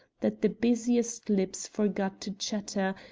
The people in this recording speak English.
that the busiest lips forgot to chatter,